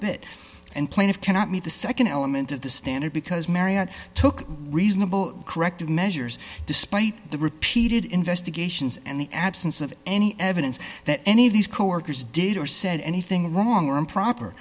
bit and plaintiff cannot meet the nd element of the standard because marriott took reasonable corrective measures despite the repeated investigations and the absence of any evidence that any of these coworkers did or said anything wrong or improper